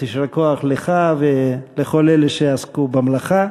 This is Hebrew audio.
אז יישר כוח לך ולכל אלה שעסקו במלאכה.